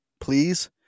please